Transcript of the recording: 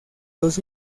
dos